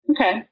okay